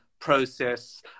process